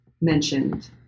mentioned